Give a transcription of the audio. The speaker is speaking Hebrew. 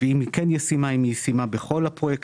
אם היא כן ישימה, האם היא ישימה בכל הפרויקטים?